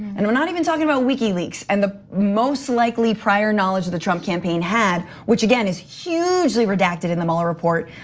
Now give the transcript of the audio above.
and we're not even talking about wikileaks and the most likely prior knowledge of the trump campaign had, which again, is hugely redacted in the mueller report,